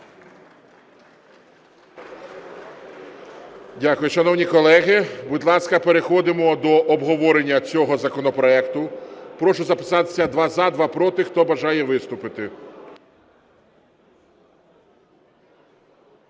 Дякую. Шановні колеги, будь ласка, переходимо до обговорення цього законопроекту. Прошу записатись: два – за, два – проти, хто бажає виступити.